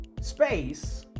space